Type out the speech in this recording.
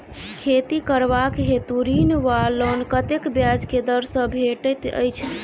खेती करबाक हेतु ऋण वा लोन कतेक ब्याज केँ दर सँ भेटैत अछि?